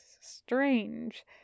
strange